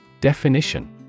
Definition